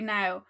now